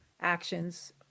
actions